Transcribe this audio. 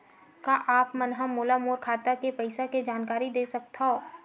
का आप मन ह मोला मोर खाता के पईसा के जानकारी दे सकथव?